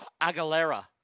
Aguilera